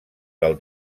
del